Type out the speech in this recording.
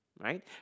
right